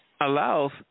allows